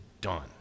done